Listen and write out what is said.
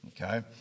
Okay